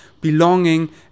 belonging